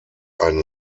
ein